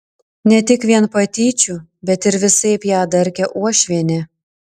ne tik vien patyčių bet ir visaip ją darkė uošvienė